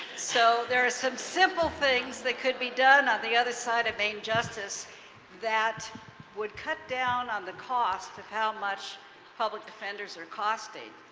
so there are some simple things that could be done on the other side of main justice that would cut down on the cost of how much public defenders are costing.